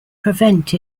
prevent